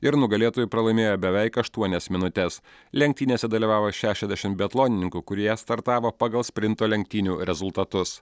ir nugalėtojui pralaimėjo beveik aštuonias minutes lenktynėse dalyvavo šešiasdešim biatlonininkų kurie startavo pagal sprinto lenktynių rezultatus